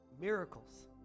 miracles